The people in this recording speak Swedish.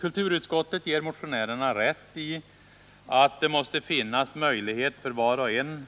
Kulturutskottet ger i sitt betänkande motionärerna rätt i ”att det måste finnas möjlighet för var och en